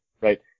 right